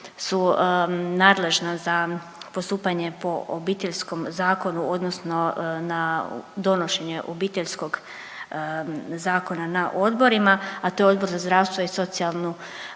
su nadležna za postupanje po Obiteljskom zakonu odnosno na donošenje Obiteljskog zakona na odborima, a to je Odbor za zdravstvo i socijalnu